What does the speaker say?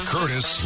Curtis